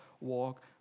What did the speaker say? walk